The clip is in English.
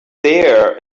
there